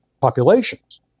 populations